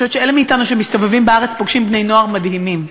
אני חושבת שאלה מאתנו שמסתובבים בארץ פוגשים בני-נוער מדהימים.